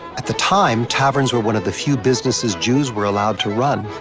at the time, taverns were one of the few businesses jews were allowed to run.